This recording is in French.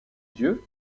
dieu